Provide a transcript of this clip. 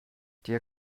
dir